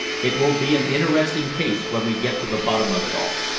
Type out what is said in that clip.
it will be an interesting case when we get to the bottom of it all.